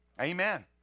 Amen